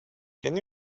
can